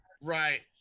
right